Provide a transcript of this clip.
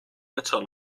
metal